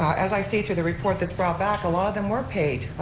as i see through the report that's brought back, a lot of them were paid,